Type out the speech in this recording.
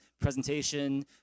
presentation